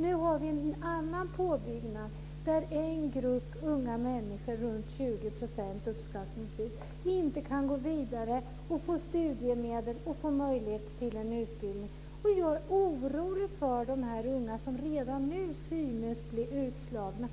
Nu finns det en annan påbyggnadsutbildning där en grupp unga människor, ca 20 %, inte kan gå vidare och få studiemedel och utbildning. Jag är orolig för de unga som redan nu synes bli utslagna.